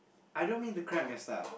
I don't mean to cramp your stuff